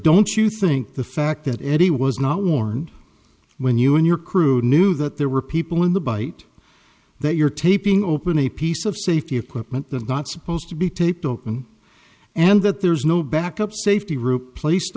don't you think the fact that eddie was not warned when you and your crew knew that there were people in the bite that you're taping open a piece of safety equipment that is not supposed to be taped open and that there's no backup safety rupe placed